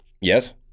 Yes